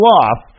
off